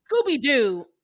Scooby-Doo